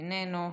איננו.